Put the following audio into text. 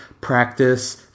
practice